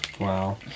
Wow